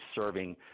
serving